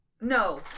No